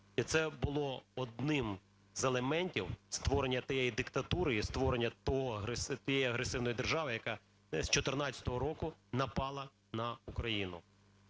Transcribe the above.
і це було одним із елементів створення тієї диктатури і створення тієї агресивної держави, яка з 14-го року напала на Україну.